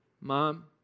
mom